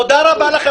תודה רבה לכם.